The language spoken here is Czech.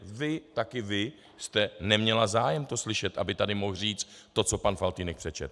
Vy, taky vy jste neměla zájem to slyšet, aby tady mohl říct to, co pan Faltýnek přečetl.